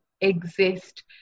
exist